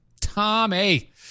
Tommy